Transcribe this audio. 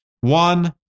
One